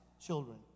children